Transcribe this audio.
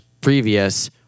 previous